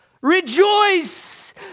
Rejoice